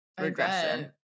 Regression